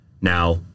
Now